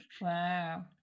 wow